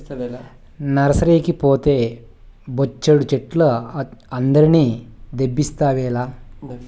నర్సరీకి పోతే బొచ్చెడు చెట్లు అందరిని దేబిస్తావేల